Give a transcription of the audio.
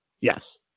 Yes